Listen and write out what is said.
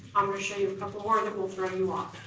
i'm gonna show you a couple more that will throw you off.